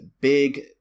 Big